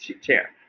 chair